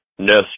Nest